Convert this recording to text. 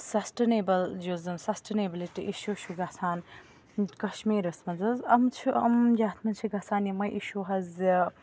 sustainable یُس زَن sustainability issue چھُ گژھان کَشمیٖرَس منٛز حظ یِم چھِ یِم یَتھ منٛز چھِ گژھان یِمے اِشوٗ حظ زِ